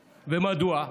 ומדוע?